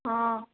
हँ